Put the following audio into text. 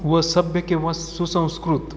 व सभ्य किंवा सुसंस्कृत